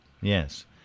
Yes